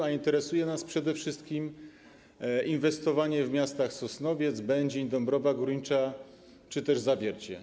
A interesuje nas przede wszystkim inwestowanie w miastach Sosnowiec, Będzin, Dąbrowa Górnicza czy też Zawiercie.